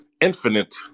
infinite